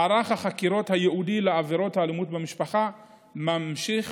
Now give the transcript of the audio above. מערך החקירות הייעודי לעבירות האלימות במשפחה ממשיך